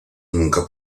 nunca